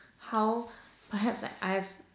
how perhaps like I have